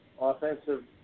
offensive